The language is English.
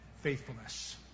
faithfulness